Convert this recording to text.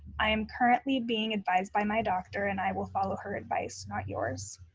i am currently being advised by my doctor and i will follow her advice, not yours.